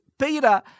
Peter